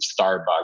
Starbucks